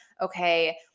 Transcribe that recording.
Okay